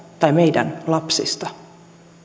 tai meidän lapsista